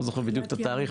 לא זוכר בדיוק את התאריך,